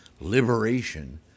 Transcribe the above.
liberation